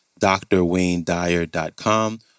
drwaynedyer.com